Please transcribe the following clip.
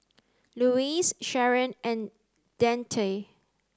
Louise Sharen and Deante